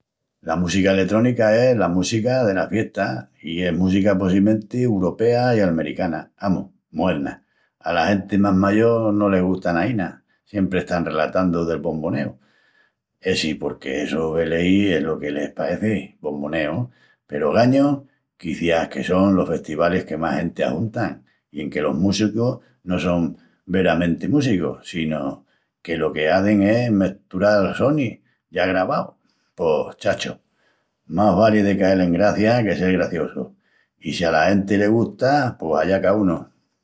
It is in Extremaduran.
La música eletrónica es la música dela fiesta i es música possimenti uropea i almericana, amus, moerna. Ala genti más mayol no les gusta naína, siempri están relatandu del bomboneu essi porque essu veleí es lo que les pareci: bomboneu! Peru ogañu, quiciás que son los festivalis que más genti ajunta i enque los músicus no son veramenti músicus sino que lo que hazin es mestural sonis ya gravaus pos, chacho, más vali de cael en gracia que sel graciosu i si ala genti le gusta pos allá caúnu.